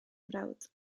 mrawd